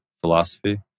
philosophy